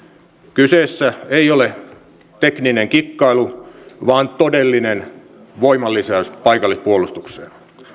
kyseessä ei ole tekninen kikkailu vaan todellinen voimanlisäys paikallispuolustukseen